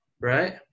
right